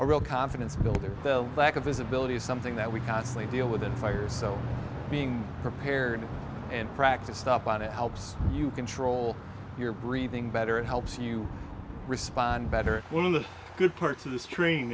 a real confidence builder the lack of visibility is something that we constantly deal with in fires so being prepared and practiced up on it helps you control your breathing better and helps you respond better when the good parts of the stre